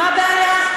מה הבעיה?